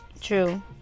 True